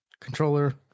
Controller